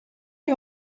lui